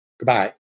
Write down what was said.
Goodbye